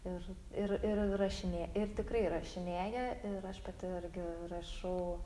ir ir ir rašinė ir tikrai rašinėja ir aš pati irgi rašau